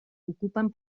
ocupen